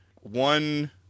one